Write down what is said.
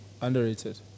Underrated